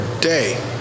day